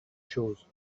choses